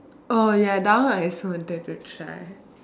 oh ya that one I also wanted to try